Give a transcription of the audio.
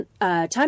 Time